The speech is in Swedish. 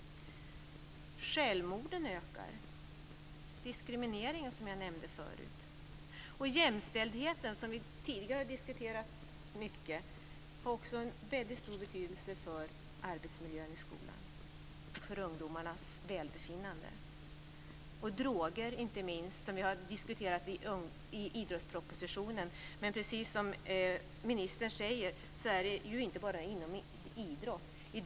Självmorden ökar. Jag nämnde förut diskrimineringen, och vi har tidigare mycket diskuterat jämställdheten, som också har en väldigt stor betydelse för arbetsmiljön i skolan och för ungdomarnas välbefinnande. Vi har inte minst drogerna, som vi har diskuterat i idrottspropositionen. Som statsrådet säger förekommer de inte bara inom idrotten.